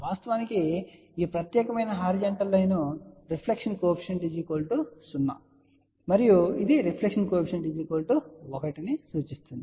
వాస్తవానికి ఈ ప్రత్యేకమైన హారిజాంటల్ లైన్ రిఫ్లెక్షన్ కోఎఫిషియంట్0 ను మరియు ఇది రిఫ్లెక్షన్ కోఎఫిషియంట్ 1 ను సూచిస్తుంది